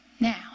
Now